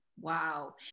wow